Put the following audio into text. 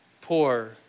poor